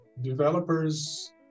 developers